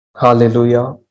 Hallelujah